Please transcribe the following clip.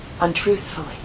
untruthfully